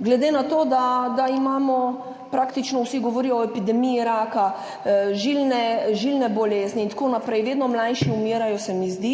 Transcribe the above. Glede na to, da imamo, praktično vsi govorijo o epidemiji raka, žilne bolezni in tako naprej, vedno mlajši umirajo, se mi zdi